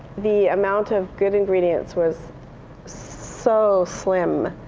the amount of good ingredients was so slim.